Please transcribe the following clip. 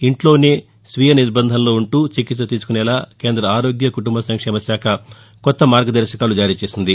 ఇంట్లోనే స్వీయ నిర్బంధంలో ఉంటూ చికిత్స తీసుకునేలా కేంద్ర ఆరోగ్య కుటుంబ సంక్షేమశాఖ కొత్త మార్గదర్శకాలు జారీ చేసింది